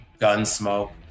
Gunsmoke